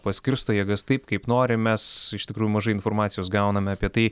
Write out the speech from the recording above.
paskirsto jėgas taip kaip nori mes iš tikrųjų mažai informacijos gauname apie tai